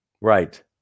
Right